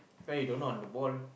fair you don't know on the ball